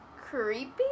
Creepy